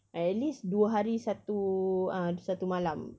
at least dua hari satu ah satu malam